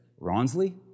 Ronsley